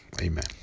Amen